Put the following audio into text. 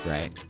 Right